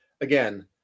again